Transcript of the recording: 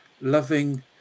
loving